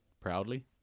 proudly